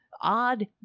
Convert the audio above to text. odd